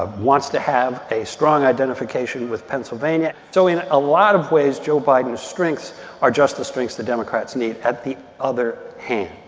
ah wants to have a strong identification with pennsylvania. so in a lot of ways, joe biden's strengths are just the strengths the democrats need at the other hand.